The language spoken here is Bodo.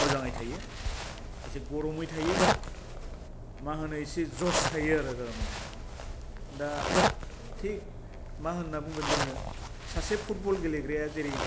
मोजाङै थायो एसे गर'मै थायो मा होनो एसे जस थायो आरो थारमाने दा थिख मा होन्ना बुंगोन जोङो सासे फुटबल गेलेग्राया जेरै